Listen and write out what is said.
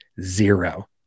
zero